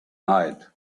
night